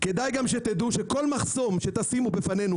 כדאי גם שתדעו שכל מחסום שתשימו בפנינו,